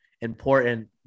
important